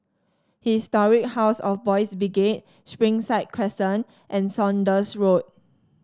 Historic House of Boys' Brigade Springside Crescent and Saunders Road